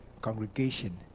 congregation